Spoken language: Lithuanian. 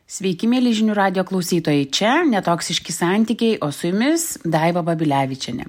sveiki mieli žinių radijo klausytojai čia netoksiški santykiai o su jumis daiva babilevičienė